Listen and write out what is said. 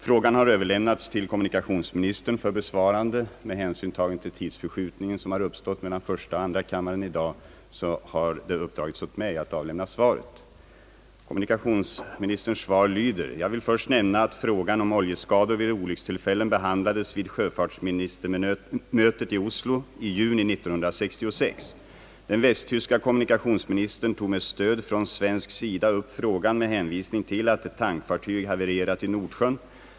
Med hänsyn till den tidsmässiga sammanstötning som i dag uppstått mellan andra kammarens och första kammarens frågestunder har det uppdragits åt mig att lämna svaret. Kommunikationsministerns svar lyder: Jag vill först nämna att frågan om oljeskador vid olyckstillfällen behandlades vid sjöfartsministermötet i Oslo i juni 1966. Den västtyska kommuni kationsministern tog med stöd från svensk sida upp frågan med hänvisning till att ett tankfartyg havererat i Nordsjön.